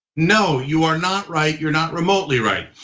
no, you are not right, you're not remotely right.